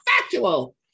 factual